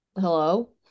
Hello